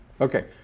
Okay